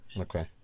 Okay